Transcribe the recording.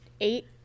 eight